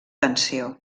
tensió